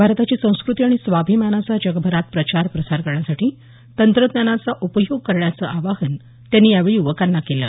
भारताची संस्क्रती आणि स्वाभिमानाचा जगभरात प्रचार प्रसार करण्यासाठी तंत्रज्ञानाचा उपयोग करण्याचं आवाहन त्यांनी यावेळी युवकांना केलं